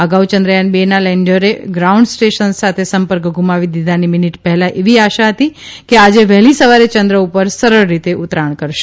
અગાઉ ચંદ્રયાન બેના લેન્ડરે ગ્રાઉન્ડ સ્ટેશન સાથે સંપર્ક ગુમાવી દીધાની મિનિટ પહેલા એવી આશા હતી કે આજે વહેલી સવારે યંદ્ર ઉપર સરળ રીતે ઉતરાણ કરશે